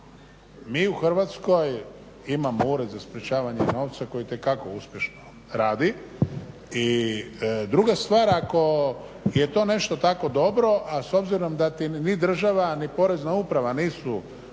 mi u Hrvatskoj imamo Ured za sprječavanje novca koji itekako uspješno radi i druga stvar, ako je to nešto tako dobro, a s obzirom da niti država ni porezna uprava nisu